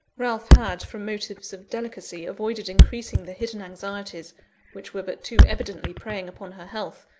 ralph had, from motives of delicacy, avoided increasing the hidden anxieties which were but too evidently preying upon her health,